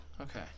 Okay